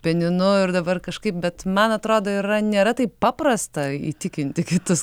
pianinu ir dabar kažkaip bet man atrodo yra nėra taip paprasta įtikinti kitus